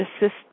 assist